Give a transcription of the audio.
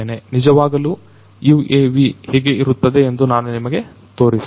ನಿಜವಾಗಲೂ UAV ಹೇಗೆ ಇರುತ್ತದೆ ಎಂದು ನಾನು ನಿಮಗೆ ತೋರಿಸುವೆ